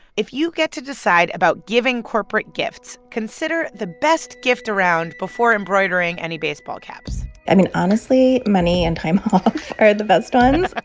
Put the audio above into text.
if you get to decide about giving corporate gifts, consider the best gift around before embroidering any baseball caps i mean, honestly, money and time off. are the best ones